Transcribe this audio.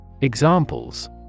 Examples